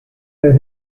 las